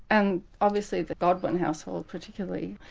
and obviously the godwin household particularly,